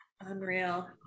Unreal